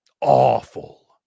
Awful